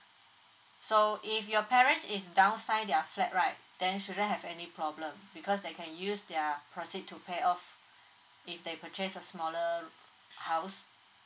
so if your parents is down sign their flat right then shouldn't have any problem because they can use their proceed to pay off if they purchase a smaller house